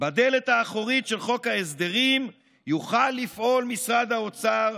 בדלת האחורית של חוק ההסדרים יוכל לפעול משרד האוצר,